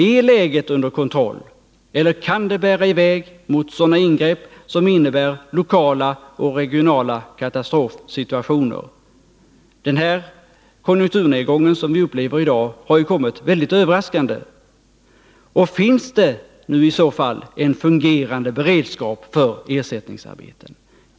Är läget under kontroll, eller kan det bära i väg mot sådana ingrepp som innebär lokala och regionala katastrofsituationer? Den konjunkturnedgång vi upplever i dag har kommit väldigt överraskande. Finns det i så fall en fungerande beredskap för ersättningsarbeten?